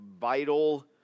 vital